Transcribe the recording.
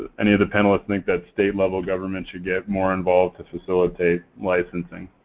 any of the panelists think that state level government should get more involved to facilitate licensing.